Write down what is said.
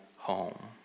Home